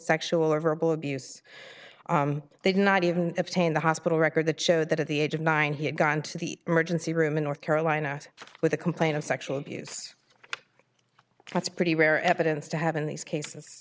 sexual or verbal abuse they did not even obtain the hospital record that showed that at the age of nine he had gone to the emergency room in north carolina with a complaint of sexual abuse that's pretty rare evidence to have in these cases